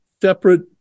separate